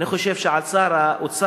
אני חושב ששר האוצר,